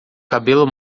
cabelo